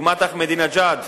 דוגמת אחמדינג'אד,